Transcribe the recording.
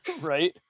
Right